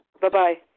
Bye-bye